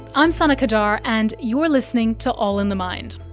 i'm sana qadar and you're listening to all in the mind.